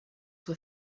were